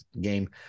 game